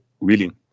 willing